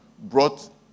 brought